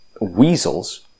weasels